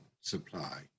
supply